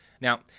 Now